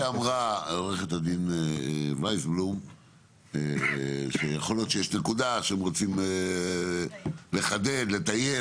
עוה"ד ויסבלום אמרה שיכול להיות שיש נקודה שהם רוצים לחדד או לטייב,